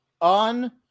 on